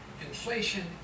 inflation